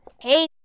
Hey